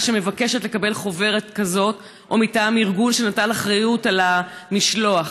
שמבקשת לקבל חוברת כזאת או מטעם ארגון שנטל אחריות על המשלוח.